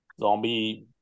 Zombie